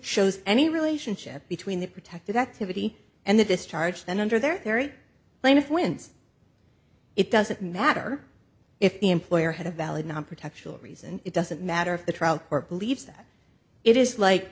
shows any relationship between the protected activity and the discharge then under their very plaintiff wins it doesn't matter if the employer had a valid non protection of reason it doesn't matter if the trial court believes that it is like